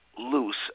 loose